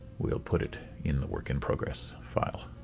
we'll put it in the work-in-progress file.